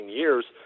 years